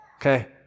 Okay